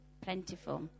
plentiful